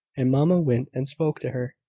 and mamma went and spoke to her.